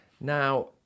Now